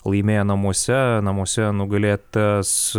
laimėjo namuose namuose nugalėtas